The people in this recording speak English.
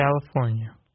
california